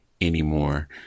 anymore